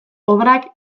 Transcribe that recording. obrak